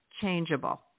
changeable